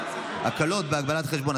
הקלות בהגבלת חשבון),